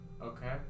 Okay